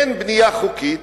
אין בנייה חוקית,